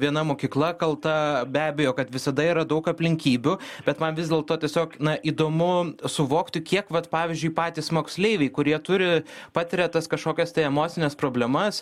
viena mokykla kalta be abejo kad visada yra daug aplinkybių bet man vis dėlto tiesiog na įdomu suvokti kiek vat pavyzdžiui patys moksleiviai kurie turi patiria tas kažkokias tai emocines problemas